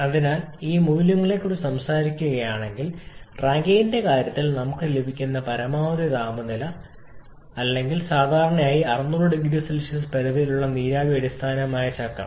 അതിനാൽ ഈ മൂല്യങ്ങളെക്കുറിച്ച് സംസാരിക്കുകയാണെങ്കിൽ റാങ്കൈനിന്റെ കാര്യത്തിൽ നമുക്ക് ലഭിക്കുന്ന പരമാവധി താപനില സൈക്കിൾ അല്ലെങ്കിൽ സാധാരണയായി 600 0C പരിധിയിലുള്ള നീരാവി അടിസ്ഥാനമാക്കിയുള്ള ചക്രം